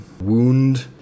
wound